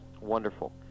Wonderful